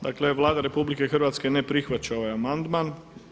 Dakle Vlada RH ne prihvaća ovaj amandman.